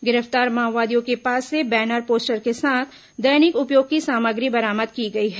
गिरफ्तार माओवादियों के पास से बैनर पोस्टर के साथ दैनिक उपयोग की सामग्री बरामद की गई है